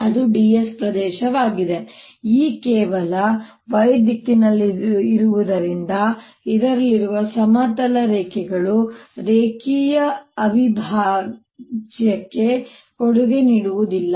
ಅಲ್ಲಿ ds ಪ್ರದೇಶವಾಗಿದೆ ಈಗ E ಕೇವಲ y ದಿಕ್ಕಿನಲ್ಲಿರುವುದರಿಂದ ಇದರಲ್ಲಿರುವ ಸಮತಲ ರೇಖೆಗಳು ರೇಖೆಯ ಅವಿಭಾಜ್ಯಕ್ಕೆ ಕೊಡುಗೆ ನೀಡುವುದಿಲ್ಲ